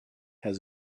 has